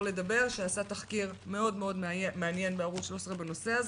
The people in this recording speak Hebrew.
שעשה תחקיר מאוד מאוד מעניין בערוץ 13 בנושא הזה,